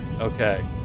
Okay